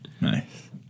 Nice